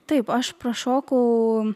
taip aš prašokau